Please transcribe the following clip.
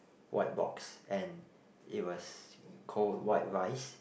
white box and it was cold white rice